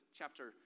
chapter